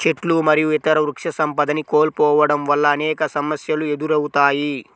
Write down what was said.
చెట్లు మరియు ఇతర వృక్షసంపదని కోల్పోవడం వల్ల అనేక సమస్యలు ఎదురవుతాయి